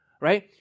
Right